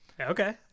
okay